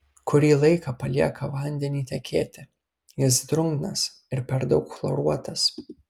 kurį laiką palieka vandenį tekėti jis drungnas ir per daug chloruotas